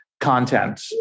content